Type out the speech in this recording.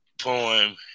poem